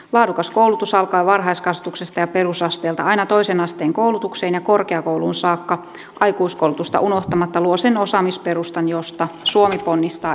laadukas koulutus alkaen jo varhaiskasvatuksesta ja perusasteelta aina toisen asteen koulutukseen ja korkeakouluun saakka aikuiskoulutusta unohtamatta luo sen osaamisperustan josta suomi ponnistaa eteenpäin